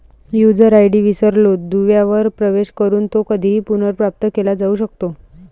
user ID विसरलो दुव्यावर प्रवेश करून तो कधीही पुनर्प्राप्त केला जाऊ शकतो